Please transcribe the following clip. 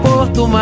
Porto